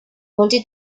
wanted